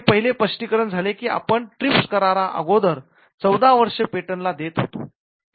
हे पहिले स्पष्टीकरण झाले की आपण ट्रिप्स करार अगोदर १४ वर्ष पेटंटला देत होतो